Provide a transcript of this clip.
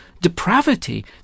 depravity